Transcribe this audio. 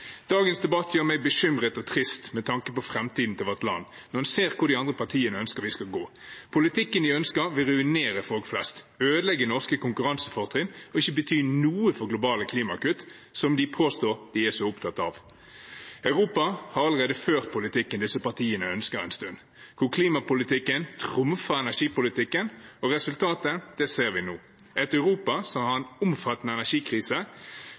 Dagens debatt gjør meg bekymret og trist med tanke på framtiden til vårt land når man ser hvor de andre partiene ønsker at vi skal gå. Politikken de ønsker, vil ruinere folk flest, ødelegge norske konkurransefortrinn og ikke bety noe for globale klimagasskutt, som de påstår at de er så opptatt av. Europa har allerede ført politikken disse partiene ønsker, en stund, hvor klimapolitikken trumfer energipolitikken, og resultatet ser vi nå: et Europa som har en omfattende energikrise,